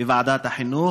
בוועדת החינוך,